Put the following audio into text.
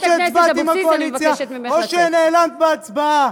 או שהצבעת עם הקואליציה או שנעלמת מההצבעה,